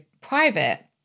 private